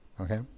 okay